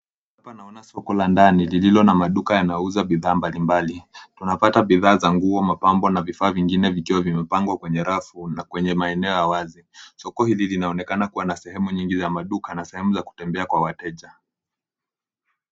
Hapa naona soko la ndani lililo na maduka yanayouza bidhaa mbalimbali. Tunapata bidhaa za nguo, mapambo na vifaa vingine vikiwa vimepangwa kwenye rafu na kwenye maeneo ya wazi. Soko hili linaonekana kuwa na sehemu nyingi za maduka na sehemu za kutembea kwa wateja.